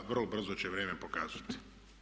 Vrlo brzo će vrijeme pokazati.